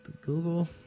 Google